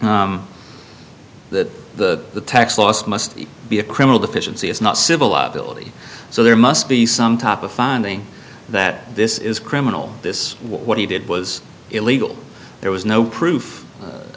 that the tax loss must be a criminal deficiency it's not civil liability so there must be some type of finding that this is criminal this what he did was illegal there was no proof a